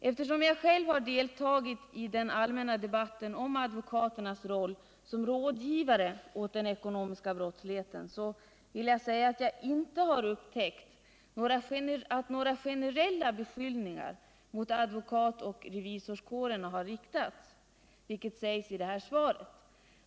Eftersom jag själv har deltagit i den allmänna debatten om advokaternas roll som rådgivare åt den ekonomiska brottsligheten, vill jag säga att jag inte upptäckt att några generella beskyllningar har riktats mot advokateller revisorskåren, som sägs i svaret.